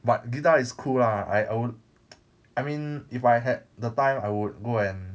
but guitar is cool lah I I would I mean if I had the time I would go and